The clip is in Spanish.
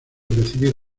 recibir